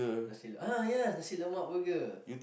nasi~ ah ya Nasi-Lemak burger